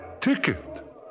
Ticket